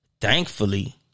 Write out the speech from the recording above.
thankfully